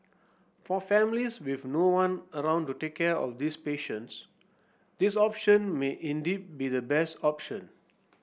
for families with no one around to take care of these patients this option may indeed be the best option